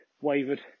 wavered